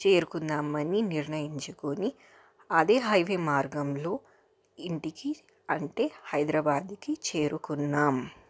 చేరుకున్నామని నిర్ణయించుకుని అదే హైవే మార్గంలో ఇంటికి అంటే హైదరాబాద్కి చేరుకున్నాం